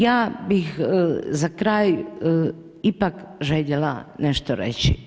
Ja bih za kraj ipak željela nešto reći.